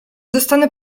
dostanę